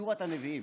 סורת הנביאים,